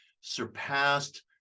surpassed